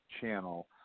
channel